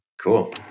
cool